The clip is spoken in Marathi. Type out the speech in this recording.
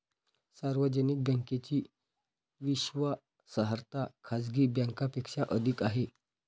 सार्वजनिक बँकेची विश्वासार्हता खाजगी बँकांपेक्षा अधिक आहे